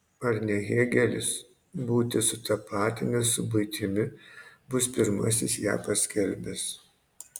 ar ne hėgelis būtį sutapatinęs su buitimi bus pirmasis ją paskelbęs